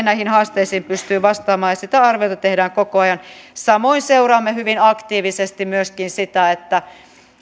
näihin haasteisiin pystyy vastaamaan sitä arviota tehdään koko ajan samoin seuraamme hyvin aktiivisesti myöskin